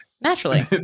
Naturally